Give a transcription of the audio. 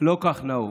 לא כך נהוג.